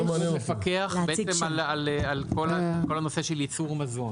לפקח על כל הנושא של ייצור מזון.